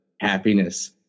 happiness